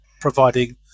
providing